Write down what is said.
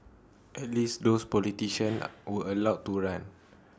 at least those politicians were allowed to run